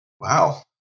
wow